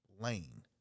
lane